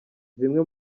zimwe